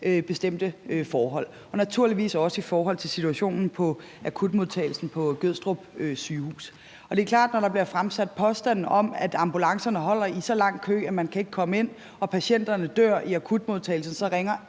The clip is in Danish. bestemte forhold, og det gælder naturligvis også i forhold til situationen på akutmodtagelsen på Regionshospitalet Gødstrup. Og det er klart, at når der bliver fremsat påstande om, at ambulancerne holder i så lang kø, at man ikke kan komme ind, og patienterne dør i akutmodtagelsen, så ringer